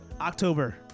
October